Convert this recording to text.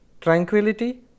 tranquility